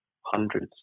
hundreds